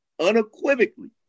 unequivocally